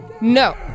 No